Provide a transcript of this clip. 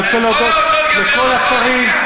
אתה יכול להודות גם ליו"ר הקואליציה?